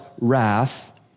wrath